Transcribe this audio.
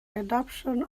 adaption